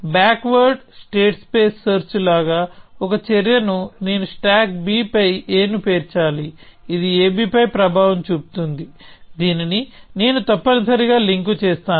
back word state space search లాగా ఒక చర్యను నేను స్టాక్ b పై a ను పేర్చాలి ఇది ab పై ప్రభావం చూపుతుంది దీనిని నేను తప్పనిసరిగా లింక్ చేస్తాను